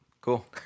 Cool